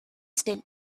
still